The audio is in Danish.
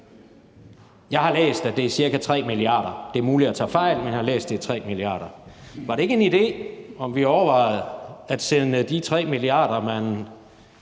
Jeg har læst, at det er ca. 3 mia. kr. Det er muligt, at jeg tager fejl, men jeg har læst, at det er 3 mia. kr. Var det ikke en idé at overveje at sende de 3 mia. kr., som